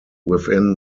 within